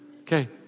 Okay